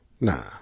Nah